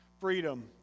freedom